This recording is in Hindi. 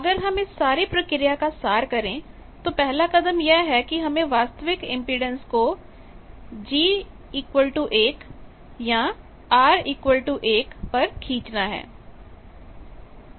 अगर हम इस सारी प्रक्रिया का सार करें तो पहला कदम यह है कि हमें वास्तविक इंपेडेंस को G1 या R1 पर खींचना है